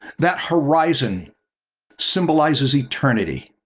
that horizon symbolizes eternity,